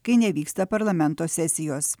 kai nevyksta parlamento sesijos